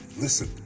Listen